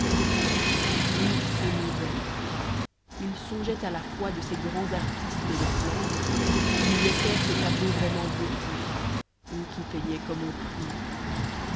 hugues s'émouvait il songeait à la foi de ces grands artistes de flandre qui nous laissèrent ces tableaux vraiment votifs eux qui peignaient comme on prie